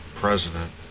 president